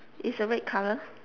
it's a red colour